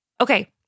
Okay